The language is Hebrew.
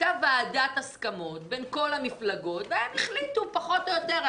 הייתה ועדת הסכמות של כל המפלגות והם החליטו פחות או יותר,